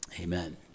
Amen